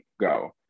go